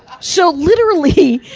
so literally,